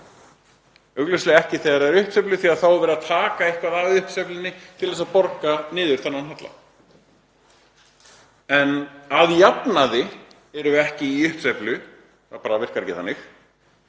augljóslega ekki þegar það er í uppsveiflu því að þá er verið að taka eitthvað af uppsveiflunni til þess að borga niður þennan halla. En að jafnaði erum við ekki í uppsveiflu, það bara virkar ekki þannig.